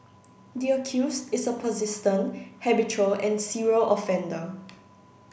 the accused is a persistent habitual and serial offender